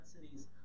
cities